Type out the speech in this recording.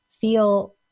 feel